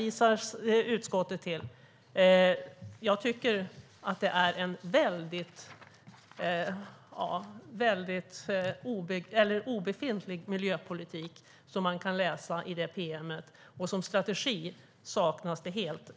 I ärlighetens namn tycker jag att det är en obefintlig miljöpolitik som man kan läsa om i denna promemoria, och strategi saknas helt.